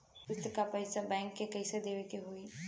किस्त क पैसा बैंक के कइसे देवे के होई?